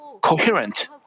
coherent